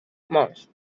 mons